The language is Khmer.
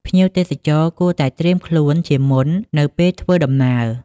ភ្ញៀវទេសចរគួរតែត្រៀមខ្លួនជាមុននៅពេលធ្វើដំណើរ។